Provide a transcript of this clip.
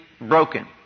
broken